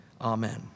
Amen